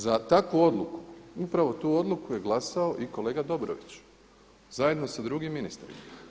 Za takvu odluku, upravo tu odluku je glasao i kolega Dobrović zajedno sa drugim ministrima.